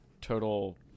Total